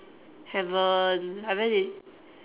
haven't I very la~